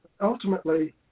Ultimately